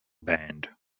band